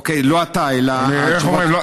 אוקיי, לא אתה, איך אומרים?